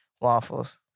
waffles